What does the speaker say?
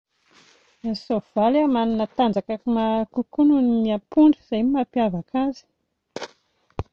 Ny soavaly a manana tanjaka kokoa noho ny apondra, izay no mampiavaka azy.